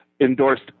endorsed